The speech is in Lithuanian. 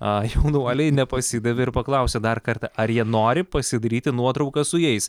a jaunuoliai nepasidavė ir paklausė dar kartą ar jie nori pasidaryti nuotrauką su jais